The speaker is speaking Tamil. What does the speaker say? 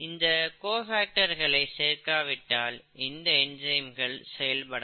இந்த கோபேக்டர்களை சேர்க்காவிட்டால் இந்த என்சைம்கள் செயல்படாது